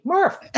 Murph